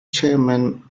chairman